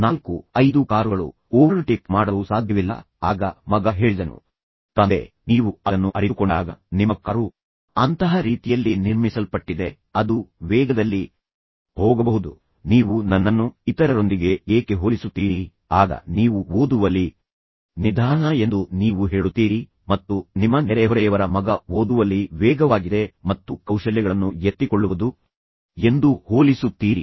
ನಾಲ್ಕು ಐದು ಕಾರುಗಳು ಮಗ ಹೇಳಿದನು ಅವನಿಗೆ ಓವರ್ಟೇಕ್ ಮಾಡಲು ಸಾಧ್ಯವಿಲ್ಲ ಆಗ ಮಗ ಹೇಳಿದನು ತಂದೆ ನೀವು ಅದನ್ನು ಅರಿತುಕೊಂಡಾಗ ನಿಮ್ಮ ಕಾರು ಅಂತಹ ರೀತಿಯಲ್ಲಿ ನಿರ್ಮಿಸಲ್ಪಟ್ಟಿದೆ ಅದು ವೇಗದಲ್ಲಿ ಮಾತ್ರ ಹೋಗಬಹುದು ಹೆಚ್ಚು ವೇಗದಲ್ಲಿ ಹೋಗಬಹುದು ನೀವು ನನ್ನನ್ನು ಇತರರೊಂದಿಗೆ ಏಕೆ ಹೋಲಿಸುತ್ತೀರಿ ಆಗ ನೀವು ಓದುವಲ್ಲಿ ನಿಧಾನ ಎಂದು ನೀವು ಹೇಳುತ್ತೀರಿ ಮತ್ತು ನಿಮ್ಮ ನೆರೆಹೊರೆಯವರ ಮಗ ಓದುವಲ್ಲಿ ವೇಗವಾಗಿದೆ ಮತ್ತು ಕೌಶಲ್ಯಗಳನ್ನು ಎತ್ತಿಕೊಳ್ಳುವುದು ಎಂದು ಹೋಲಿಸುತ್ತೀರಿ